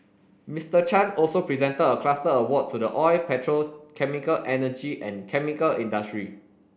Mister Chan also presented a cluster award to the oil petrochemical energy and chemical industry